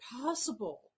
possible